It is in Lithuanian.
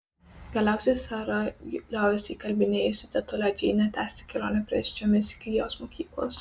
galiausiai sara liovėsi įkalbinėjusi tetulę džeinę tęsti kelionę pėsčiomis iki jos mokyklos